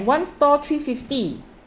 one store three fifty